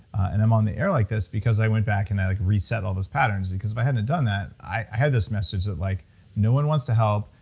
and i'm on the air like this because i went back and i reset all those patterns, because if i hadn't had done that. i had this message. like no one wants to help,